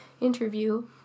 interview